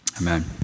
Amen